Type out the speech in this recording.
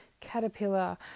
caterpillar